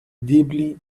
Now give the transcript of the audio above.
deeply